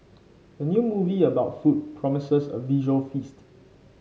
the new movie about food promises a visual feast